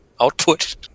output